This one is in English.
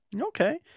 Okay